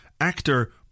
Actor